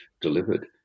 delivered